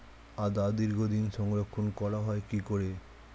আদা দীর্ঘদিন সংরক্ষণ করা হয় কি করে?